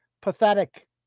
Pathetic